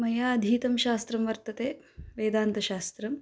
मया अधीतं शास्त्रं वर्तते वेदान्तशास्त्रम्